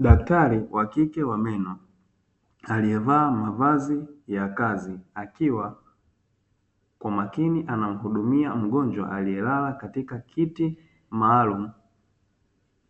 Daktari wa kike wa meno, aliyevaa mavazi ya kazi, akiwa kwa makini anamuhudumia mgonjwa, aliyelala katika kiti maalumu